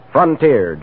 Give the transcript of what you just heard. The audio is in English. Frontier